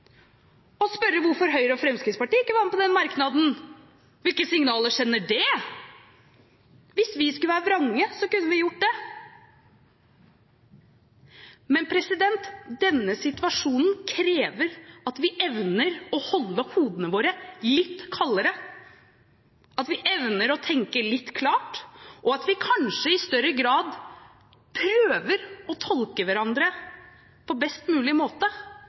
å spørre hvorfor Høyre og Fremskrittspartiet ikke var med på den merknaden. Hvilke signaler sender det ut? Hvis vi skulle være vrange, kunne vi gjort det, men denne situasjonen krever at vi evner å holde hodet litt kaldere, at vi evner å tenke litt klart, og at vi kanskje i større grad prøver å tolke hverandre på best mulig måte.